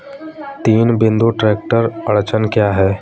तीन बिंदु ट्रैक्टर अड़चन क्या है?